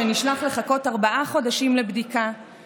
שנשלח לחכות ארבעה חודשים לבדיקה,